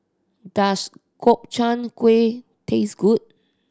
does Gobchang Gui taste good